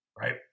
right